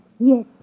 Yes